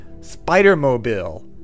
Spider-Mobile